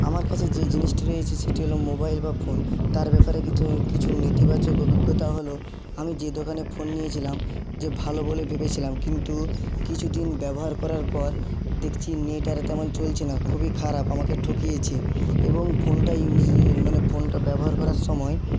আমার কাছে যে জিনিসটি রয়েছে সেটি হল মোবাইল বা ফোন তার ব্যাপারে কিছু কিছু নেতিবাচক অভিজ্ঞতা হলো আমি যে দোকানে ফোন নিয়েছিলাম যে ভালো বলে ভেবেছিলাম কিন্তু কিছুদিন ব্যবহার করার পর দেখছি নেট আর তেমন চলছে না খুবই খারাপ আমাকে ঠকিয়েছে এবং ফোনটা ইউজ মানে ফোনটা ব্যবহার করার সময়